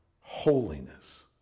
holiness